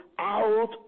out